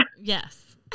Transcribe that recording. Yes